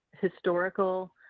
historical